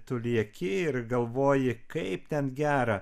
tu lieki ir galvoji kaip ten gera